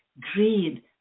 greed